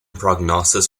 prognosis